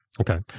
Okay